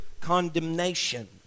condemnation